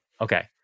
Okay